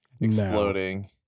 exploding